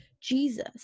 Jesus